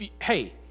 hey